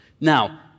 Now